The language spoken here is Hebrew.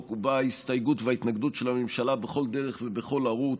הובעה ההסתייגות וההתנגדות של הממשלה בכל דרך ובכל ערוץ.